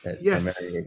Yes